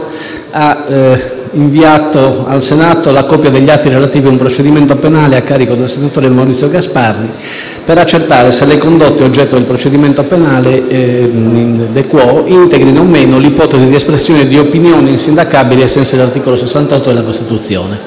ha inviato al Senato la copia degli atti relativi ad un procedimento penale a carico del senatore Maurizio Gasparri, per accertare se le condotte, oggetto del procedimento penale *de quo*, integrino o meno l'ipotesi di espressione di opinioni insindacabili ai sensi dell'articolo 68 della Costituzione.